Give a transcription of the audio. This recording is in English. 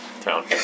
town